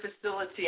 facility